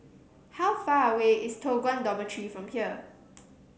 how far away is Toh Guan Dormitory from here